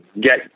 get